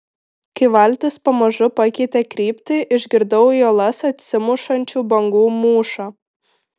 kai valtis pamažu pakeitė kryptį išgirdau į uolas atsimušančių bangų mūšą